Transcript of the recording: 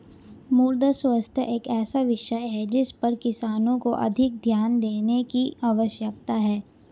मृदा स्वास्थ्य एक ऐसा विषय है जिस पर किसानों को अधिक ध्यान देने की आवश्यकता है